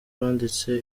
wanditse